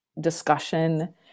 discussion